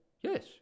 yes